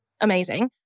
amazing